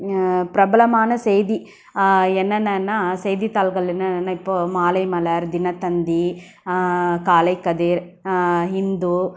பிரபலமான செய்தி என்னென்னனால் செய்தித்தாள்கள் என்னென்னனா இப்போது மாலைமலர் தினத்தந்தி காலைக்கதிர் ஹிந்து